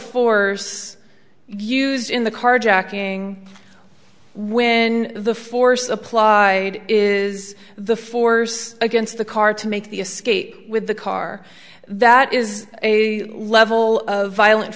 force used in the carjacking when the force applied is the force against the car to make the escape with the car that is a level of violent